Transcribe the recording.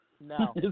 No